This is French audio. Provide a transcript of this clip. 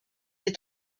des